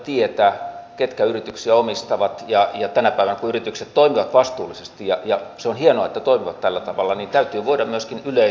se on suuri poliittinen kysymys avataanko tämä eun ulkopuolinen maahanmuutto ja tämä työlupamenettely sillä tavalla jota nyt hallituksessa kovasti suunnitellaan